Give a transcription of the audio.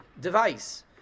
device